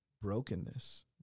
brokenness